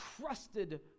trusted